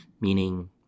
meaning